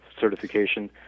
certification